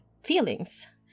feelings